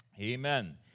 Amen